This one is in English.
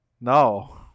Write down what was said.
no